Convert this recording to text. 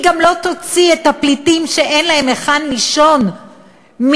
היא גם לא תוציא את הפליטים שאין להם היכן לישון מגינת-לוינסקי,